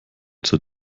zur